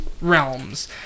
realms